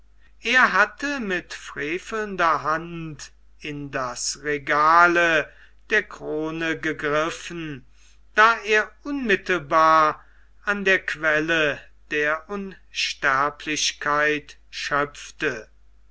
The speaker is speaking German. er hatte mit frevelnder hand in das regale der krone gegriffen da er unmittelbar an der quelle der unsterblichkeit schöpfte